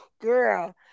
girl